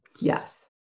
Yes